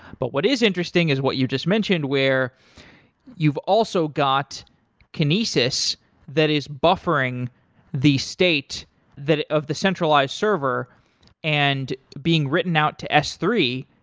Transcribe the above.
but what is interesting is what you just mentioned where you've also got kinesis that is buffering the state of the centralized server and being written out to s three,